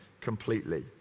completely